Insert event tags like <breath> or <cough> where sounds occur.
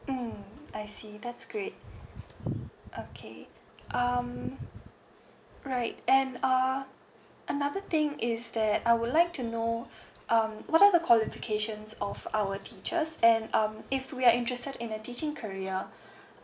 mm I see that's great okay um right and uh another thing is that I would like to know <breath> um what are the qualifications of our teachers and um if we are interested in a teaching career